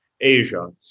Asia